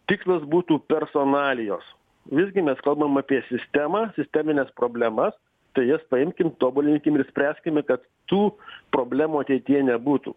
tikslas būtų personalijos visgi mes kalbam apie sistemą sistemines problemas tai jas paimkim tobulinkim ir spręskime kad tų problemų ateityje nebūtų